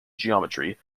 geometry